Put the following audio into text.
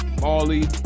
Molly